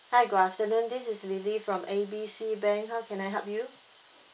hi good afternoon this is lily from A B C bank how can I help you